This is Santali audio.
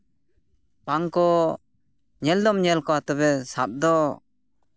ᱵᱟᱝᱠᱚ ᱧᱮᱞ ᱫᱚᱢ ᱧᱮᱞ ᱠᱚᱣᱟ ᱛᱚᱵᱮ ᱥᱟᱵ ᱫᱚ